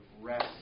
rest